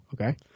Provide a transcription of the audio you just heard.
Okay